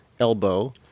elbow